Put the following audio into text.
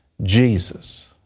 jesus,